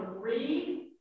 read